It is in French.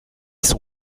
son